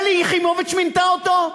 שלי יחימוביץ מינתה אותו?